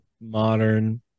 modern